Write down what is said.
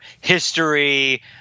history